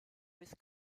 with